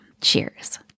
Cheers